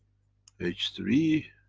h three